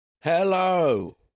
Hello